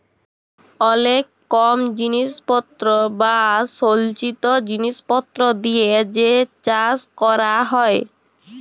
অলেক কম জিলিসপত্তর বা সলচিত জিলিসপত্তর দিয়ে যে চাষ ক্যরা হ্যয়